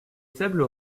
faibles